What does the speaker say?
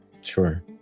sure